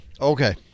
Okay